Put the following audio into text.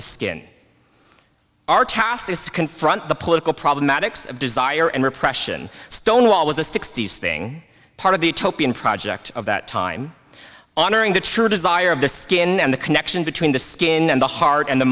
the skin our task is to confront the political problematics desire and repression stonewall was a sixties thing part of the top in project of that time honoring the true desire of the skin and the connection between the skin and the heart and the